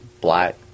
Black